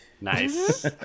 Nice